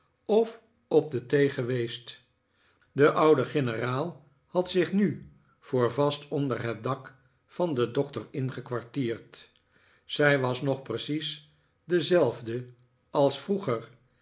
of op de thee geweest de oude generaal had zich nu voor vast onder het dak van den doctor ingekwartierd zij was nog precies dezelfde als vroeger